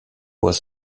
was